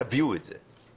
תביאו את זה.